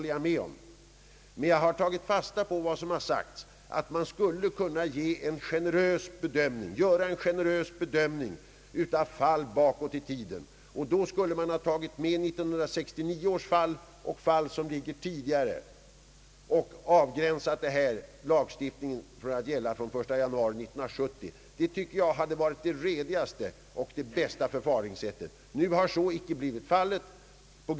Jag har dock tagit fasta på vad som har sagts att man borde kunna göra en generös bedömning av fall bakåt i tiden. Man kunde då ha tagit med 1969 års fall och tidigare fall och begränsat lagen att gälla från den 1 januari 1970. Det hade varit det redigaste och bästa förfaringssättet. Nu har så icke blivit fallet.